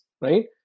right